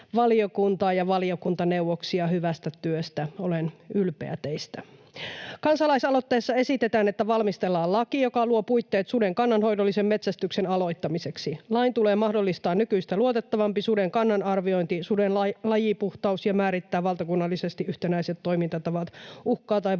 valiokuntaa ja valiokuntaneuvoksia hyvästä työstä — olen ylpeä teistä. Kansalaisaloitteessa esitetään, että valmistellaan laki, joka luo puitteet suden kannanhoidollisen metsästyksen aloittamiseksi. Lain tulee mahdollistaa nykyistä luotettavampi suden kannanarviointi ja suden lajipuhtaus ja määrittää valtakunnallisesti yhtenäiset toimintatavat uhkaa tai vaaraa